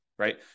Right